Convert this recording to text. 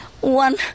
One